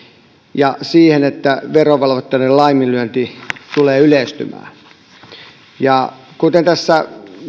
ja siihen että verovelvoitteiden laiminlyönti tulee yleistymään tässä